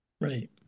right